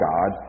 God